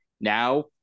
now